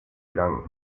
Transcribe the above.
irán